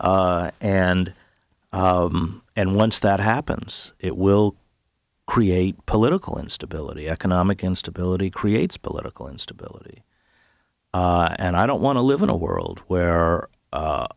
and and once that happens it will create political instability economic instability creates political instability and i don't want to live in a world where u